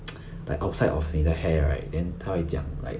like outside of 你的 hair right 他会讲 like